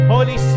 Holy